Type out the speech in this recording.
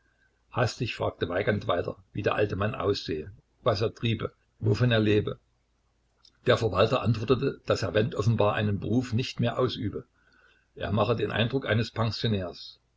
hastig fragte weigand weiter wie der alte mann aussähe was er triebe wovon er lebe der verwalter antwortete daß herr wendt offenbar einen beruf nicht mehr ausübe er mache den eindruck eines pensionärs